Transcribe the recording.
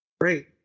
Great